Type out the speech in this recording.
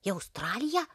į australiją